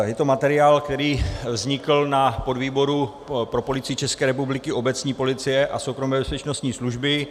Je to materiál, který vznikl na podvýboru pro Policii České republiky, obecní policie a soukromé bezpečnostní služby.